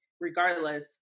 regardless